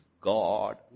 God